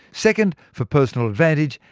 second, for personal advantage.